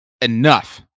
enough